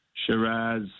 Shiraz